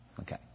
Okay